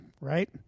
right